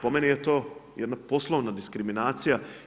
Po meni je to jedna poslovna diskriminacija.